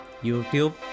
YouTube